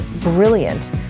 brilliant